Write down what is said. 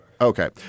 Okay